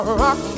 rock